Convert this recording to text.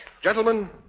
Gentlemen